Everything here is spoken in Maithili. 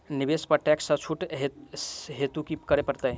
निवेश पर टैक्स सँ छुट हेतु की करै पड़त?